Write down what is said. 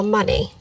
money